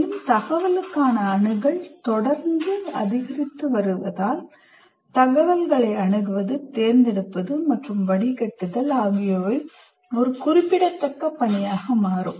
மேலும் தகவலுக்கான அணுகல் தொடர்ந்து அதிகரித்து வருவதால் தகவல்களை அணுகுவது தேர்ந்தெடுப்பது மற்றும் வடிகட்டுதல் ஆகியவை ஒரு குறிப்பிடத்தக்க பணியாக மாறும்